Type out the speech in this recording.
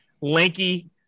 lanky